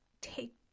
take